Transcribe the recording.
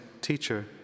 Teacher